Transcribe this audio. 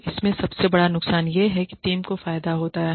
तो इसमें सबसे बड़ा नुकसान यह है कि टीम को फायदा होता है